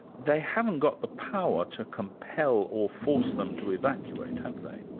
they haven't got the power to compel or force them to evacuate, have they?